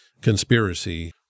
conspiracy